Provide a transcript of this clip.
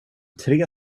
tre